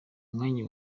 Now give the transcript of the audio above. mwanya